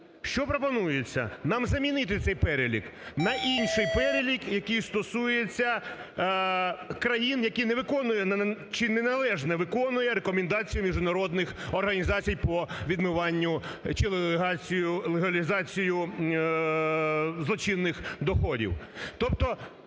Що пропонується? Нам замінити цей перелік на інший перелік, який стосується країн, які не виконують чи неналежно виконують рекомендації міжнародних організацій по відмиванню чи легалізації злочинних доходів.